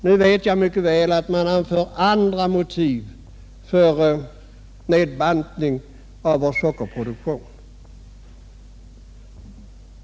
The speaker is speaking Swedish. Nu vet jag mycket väl att man anför andra motiv för nedbantning av vär sockerproduktion.